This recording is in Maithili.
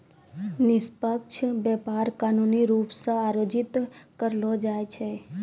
निष्पक्ष व्यापार कानूनी रूप से आयोजित करलो जाय छै